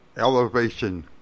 Elevation